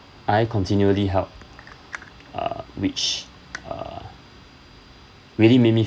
I continually help uh which uh really make me